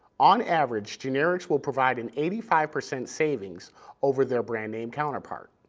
on average, generics will provide an eighty five percent savings over their brand-name counterpart.